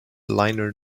liner